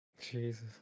Jesus